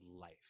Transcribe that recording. life